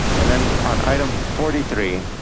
and then on item forty three,